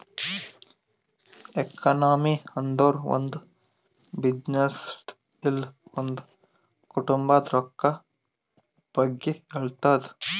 economy ಅಂದುರ್ ಒಂದ್ ಬಿಸಿನ್ನೆಸ್ದು ಇಲ್ಲ ಒಂದ್ ಕುಟುಂಬಾದ್ ರೊಕ್ಕಾ ಬಗ್ಗೆ ಹೇಳ್ತುದ್